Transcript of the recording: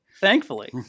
Thankfully